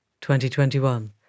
2021